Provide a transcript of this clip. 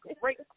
great